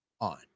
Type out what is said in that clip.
on